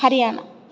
Haryana